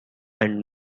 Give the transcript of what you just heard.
and